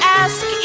ask